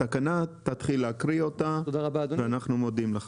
תתחיל להקריא אותה ואנחנו מודים לך.